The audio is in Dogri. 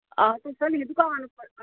हां तुस नेईं हे दकान उप्पर